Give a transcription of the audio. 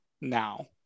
now